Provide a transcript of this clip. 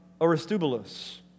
Aristobulus